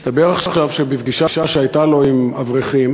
מסתבר עכשיו שבפגישה שהייתה לו עם אברכים